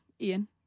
Ian